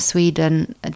Sweden